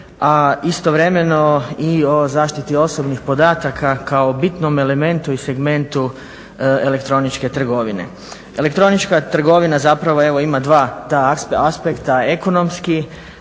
a istovremeno i o zaštiti osobnih podataka kao o bitnom elementu i segmentu elektroničke trgovine. Elektronička trgovina zapravo ima dva ta aspekta, ekonomski